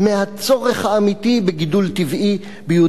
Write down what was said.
האמיתי בגידול טבעי ביהודה ושומרון.